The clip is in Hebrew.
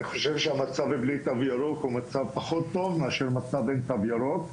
אני חושב שהמצב בלי תו ירוק הוא מצב פחות טוב מאשר מצב עם תו ירוק,